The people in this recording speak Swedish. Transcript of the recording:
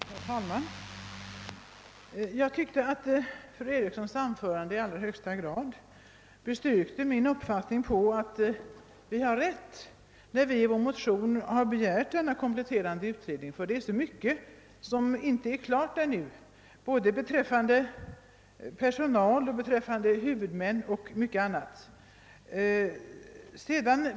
Herr talman! Jag tycker att fru Erikssons i Stockholm anförande i allra högsta grad styrkte min uppfattning att vi har rätt, när vi i vår motion begär denna kompletterande utredning, då det är så mycket som ännu inte är klart i fråga om personal, huvudmän och mycket annat.